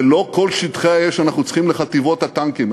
ולא את כל שטחי האש אנחנו צריכים לחטיבות הטנקים,